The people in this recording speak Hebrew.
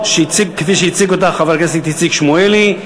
כפי שהציג אותה חבר הכנסת איציק שמולי,